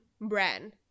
brand